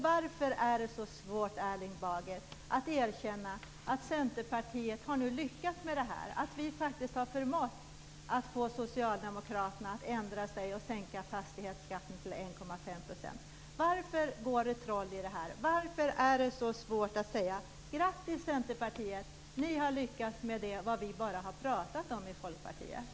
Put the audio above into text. Varför är det så svårt, Erling Bager, att erkänna att Centerpartiet nu har lyckats med det här och förmått Socialdemokraterna att ändra sig och sänka fastighetsskatten till 1,5 %? Varför går det troll i det här? Varför är det så svårt att säga: Grattis, Centerpartiet - ni har lyckats genomföra vad vi i Folkpartiet bara har pratat om!